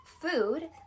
food